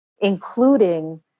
including